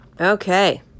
okay